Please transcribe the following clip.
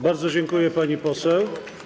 Bardzo dziękuję, pani poseł.